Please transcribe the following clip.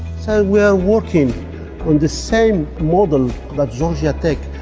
so we're working on the same model that georgia tech,